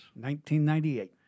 1998